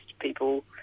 people